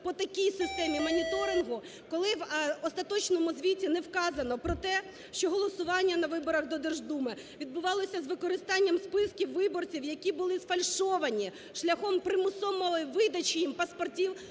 по такій системі моніторингу, коли в остаточному звіті не вказано про те, що голосування на виборах до Держдуми відбувалося з використанням списків виборців, які були сфальшовані шляхом примусової видачі їм паспортів